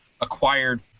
acquired